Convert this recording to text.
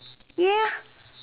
ya